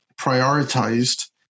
prioritized